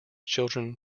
children